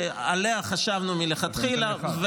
שעליה חשבנו מלכתחילה,